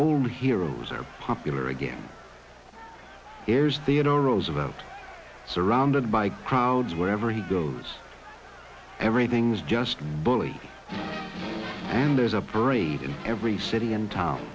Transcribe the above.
old heroes are popular again airs theodore roosevelt surrounded by crowds wherever he goes everything's just bully and there's a parade in every city and town